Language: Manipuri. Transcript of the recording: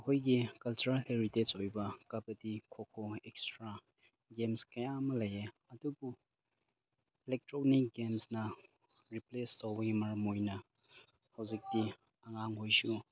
ꯑꯩꯈꯣꯏꯒꯤ ꯀꯜꯆꯔꯦꯜ ꯍꯦꯔꯤꯇꯦꯖ ꯑꯣꯏꯕ ꯀꯕꯗꯤ ꯈꯣꯈꯣ ꯑꯦꯛꯁꯇ꯭ꯔꯥ ꯒꯦꯝꯁ ꯀꯌꯥ ꯑꯃ ꯂꯩꯌꯦ ꯑꯗꯨꯕꯨ ꯑꯦꯂꯦꯛꯇ꯭ꯔꯣꯅꯤꯛ ꯒꯦꯝꯁꯅ ꯔꯤꯄ꯭ꯂꯦꯁ ꯇꯧꯕꯒꯤ ꯃꯔꯝ ꯑꯣꯏꯅ ꯍꯧꯖꯤꯛꯇꯤ ꯑꯉꯥꯡ ꯑꯣꯏꯁꯨ